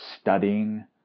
studying